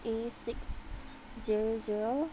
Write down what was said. A six zero zero